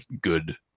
good